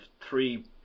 three